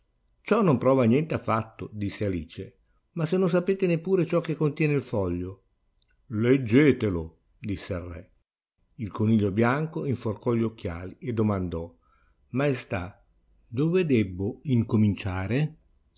ciò non prova niente affatto disse alice ma se non sapete neppure ciò che contiene il foglio leggetelo disse il re il coniglio bianco inforcò gli occhiali e domandò maestà dove debbo incominciare